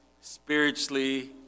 spiritually